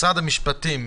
משרד המשפטים,